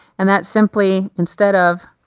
and that's simply instead of